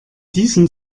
diesem